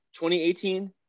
2018